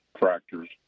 tractors